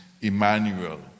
Emmanuel